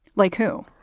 like who?